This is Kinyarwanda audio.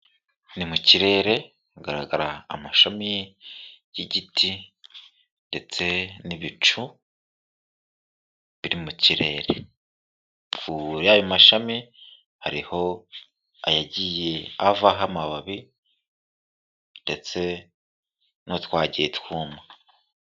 Ni mu kirere hagaragara amashami y'igiti ndetse n'ibicu biri mu kirere, kuri ayo mashami hariho ayagiye avaho amababi ndetse n'utwagiye twuma.